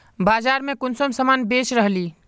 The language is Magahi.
बाजार में कुंसम सामान बेच रहली?